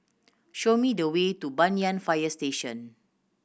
show me the way to Banyan Fire Station